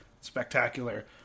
spectacular